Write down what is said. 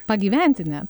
pagyventi ne